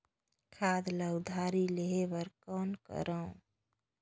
खाद ल उधारी लेहे बर कौन करव?